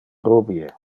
rubie